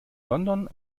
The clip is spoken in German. london